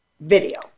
video